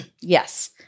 Yes